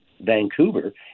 Vancouver